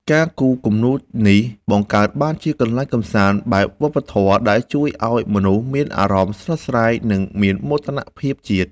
ការគូរគំនូរនេះបង្កើតបានជាកន្លែងកម្សាន្តបែបវប្បធម៌ ដែលជួយឱ្យមនុស្សមានអារម្មណ៍ស្រស់ស្រាយ និងមានមោទនភាពជាតិ។